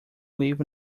live